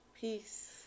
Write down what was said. peace